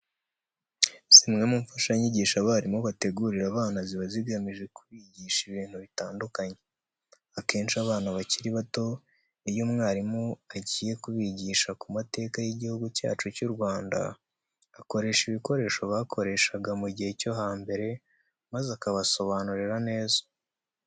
Zimwe mu mfashanyigisho abarimu bategurira abana ziba zigamije kubigisha ibintu bitandukanye. Akenshi abana bakiri bato iyo umwarimu agiye kubigisha ku mateka y'Igihugu cyacu cy'u Rwanda, akoresha ibikoresho bakoreshaga mu gihe cyo hambere maze akabasobanurira neza.